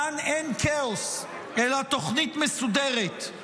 כאן אין כאוס, אלא תוכנית מסודרת,